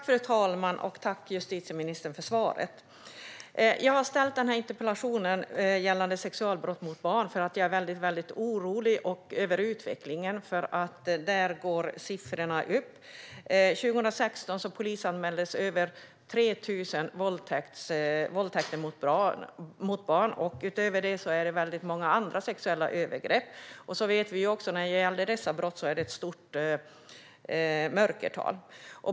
Fru talman! Tack, justitieministern, för svaret! Jag har ställt interpellationen gällande sexualbrott mot barn för att jag är väldigt orolig över utvecklingen. Siffrorna går nämligen upp. År 2016 polisanmäldes över 3 000 våldtäkter mot barn. Utöver det är det många andra sexuella övergrepp. Vi vet också att det när det gäller dessa brott är ett stort mörkertal.